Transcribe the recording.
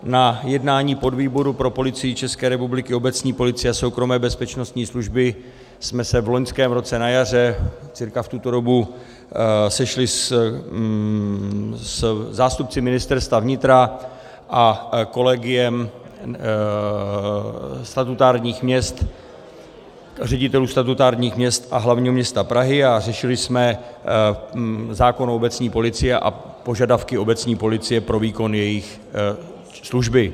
Na jednání podvýboru pro Policii České republiky, obecní policie a soukromé bezpečnostní služby jsme se v loňském roce na jaře, cca v tuto dobu, sešli se zástupci Ministerstva vnitra a kolegiem statutárních měst, ředitelů statutárních měst a hlavního města Prahy a řešili jsme zákon o obecní policii a požadavky obecní policie pro výkon jejich služby.